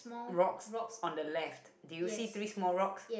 rocks on the left do you see three small rocks